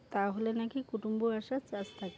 তাহলে নাকি কুটুম্ব আসার চান্স থাকে